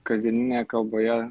kasdieninėje kalboje